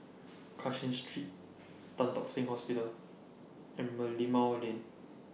Cashin Street Tan Tock Seng Hospital and Merlimau Lane